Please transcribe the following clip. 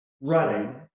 running